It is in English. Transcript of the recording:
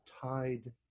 tied